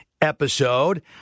episode